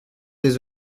des